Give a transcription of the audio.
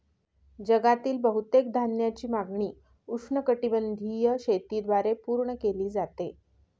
जगातील बहुतेक धान्याची मागणी उष्णकटिबंधीय शेतीद्वारे पूर्ण केली जाते